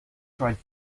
tried